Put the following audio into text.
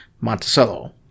Monticello